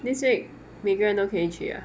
this week 每个人都可以去 ah